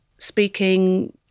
speaking